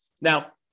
Now